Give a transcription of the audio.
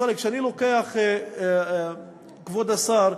כבוד השר,